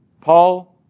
Paul